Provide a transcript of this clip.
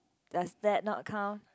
does that not count